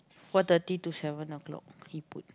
four thirty to seven o-clock he put